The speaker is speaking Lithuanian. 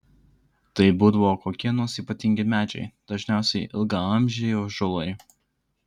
tai būdavo kokie nors ypatingi medžiai dažniausiai ilgaamžiai ąžuolai